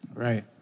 Right